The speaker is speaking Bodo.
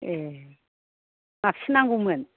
एह माबेसे नांगौमोन